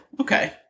okay